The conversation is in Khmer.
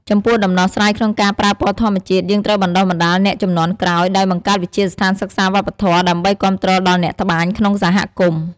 ចំពោះដំណោះស្រាយក្នុងការប្រើពណ៌ធម្មជាតិ យើងត្រូវបណ្ដុះបណ្ដាលអ្នកជំនាន់ក្រោយ ដោយបង្កើតវិទ្យាស្ថានសិក្សាវប្បធម៌ ដើម្បីគាំទ្រដល់អ្នកត្បាញក្នុងសហគមន៍។